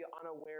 unaware